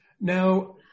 Now